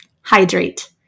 hydrate